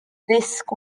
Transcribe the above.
disc